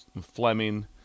Fleming